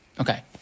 Okay